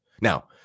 Now